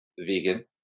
vegan